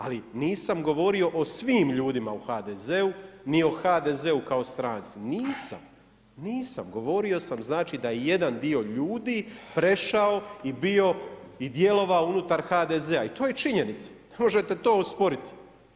Ali nisam govorio o svim ljudima u HDZ-u ni o HDZ-u kao stranci, nisam, nisam, govorio sam znači da je jedan dio ljudi prešao i bio i djelovao unutar HDZ-a i to je činjenica, ne možete to osporiti.